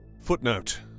Footnote